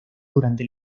durante